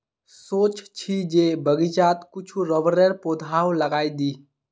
सोच छि जे बगीचात कुछू रबरेर पौधाओ लगइ दी